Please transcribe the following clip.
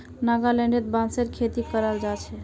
नागालैंडत बांसेर खेती कराल जा छे